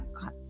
God